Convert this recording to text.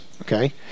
Okay